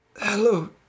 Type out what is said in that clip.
Hello